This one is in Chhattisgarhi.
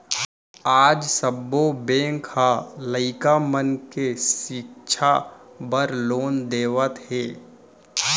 आज सब्बो बेंक ह लइका मन के सिक्छा बर लोन देवत हे